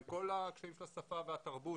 עם כל הקשיים של השפה והתרבות,